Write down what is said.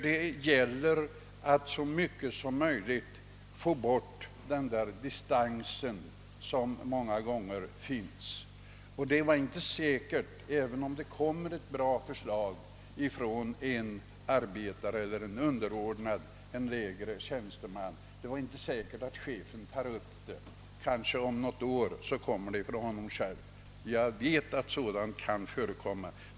Det gäller att så mycket som möjligt få bort känslan av distans mellan företagsledning och anställda. Om det kommer ett bra förslag från en arbetare eller en underordnad tjänsteman, är det inte säkert att chefen tar upp det till behandling. Kanske kommer förslaget i stället från honom själv om något år. Jag vet att sådant kan förekomma.